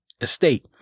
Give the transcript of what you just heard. estate